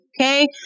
okay